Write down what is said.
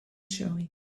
showing